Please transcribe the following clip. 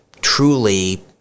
truly